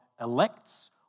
elects